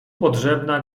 potrzebna